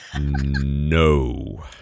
No